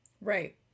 Right